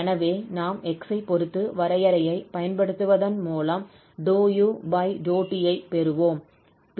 எனவே நாம் 𝑥 ஐப் பொறுத்து வரையறையைப் பயன்படுத்துவதன் மூலம் ∂u∂t பெறுவோம்